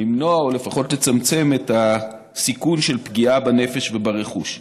למנוע או לפחות לצמצם את הסיכון של פגיעה בנפש וברכוש.